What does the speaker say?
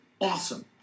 awesome